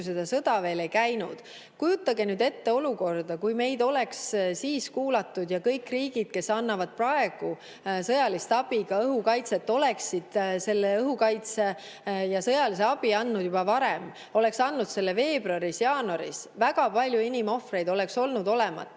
see sõda veel ei käinud. Kujutage nüüd ette olukorda, kui meid oleks siis kuulatud ja kõik riigid, kes annavad praegu sõjalist abi, ka õhukaitset, oleksid selle õhukaitse ja sõjalise abi andnud juba varem, oleks andnud jaanuaris-veebruaris – väga palju inimohvreid oleks olnud olemata. Nii